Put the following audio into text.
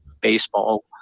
baseball